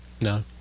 no